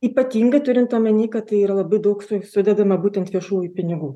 ypatingai turint omeny kad tai yra labai daug sui sudedama būtent viešųjų pinigų